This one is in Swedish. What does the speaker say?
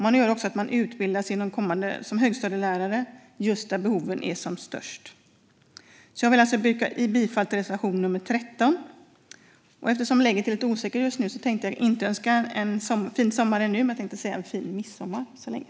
Man utbildar kommande högstadielärare just där behoven är som störst. Jag vill yrka bifall till reservation 13. Eftersom läget är lite osäkert just nu tänkte jag inte önska en fin sommar ännu, utan jag säger fin midsommar så länge!